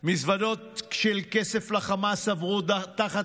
מזוודות של כסף לחמאס עברו תחת עידודו.